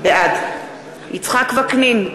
בעד יצחק וקנין,